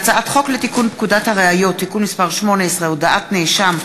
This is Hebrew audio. הצעת חוק לתיקון פקודת הראיות (מס' 18) (הודאת נאשם),